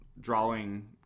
drawing